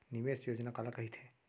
निवेश योजना काला कहिथे?